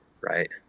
right